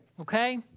Okay